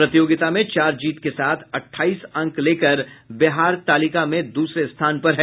प्रतियोगिता में चार जीत के साथ अठाईस अंक लेकर बिहार तालिका में दूसरे स्थान पर है